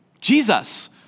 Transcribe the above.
Jesus